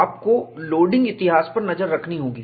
आपको लोडिंग इतिहास पर नज़र रखनी होगी